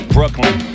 Brooklyn